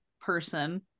person